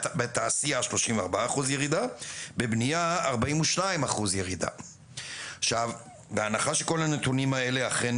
הייתה ירידה של 42%. בהנחה שכל הנתונים האלה אכן